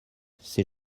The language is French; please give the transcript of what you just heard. ces